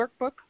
workbook